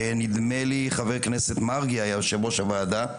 כשחבר הכנסת מרגי היה יושב-ראש הוועדה,